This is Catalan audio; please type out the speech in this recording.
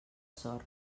sort